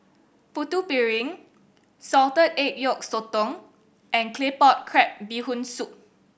Putu Piring salted egg yolk sotong and Claypot Crab Bee Hoon Soup